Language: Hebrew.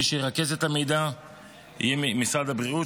מי שירכז את המידע יהיה משרד הבריאות,